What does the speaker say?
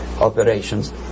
operations